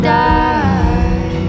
die